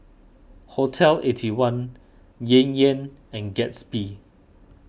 Hotel Eighty One Yan Yan and Gatsby